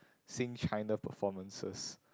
Sing-China performances